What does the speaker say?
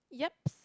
yups